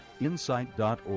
Insight.org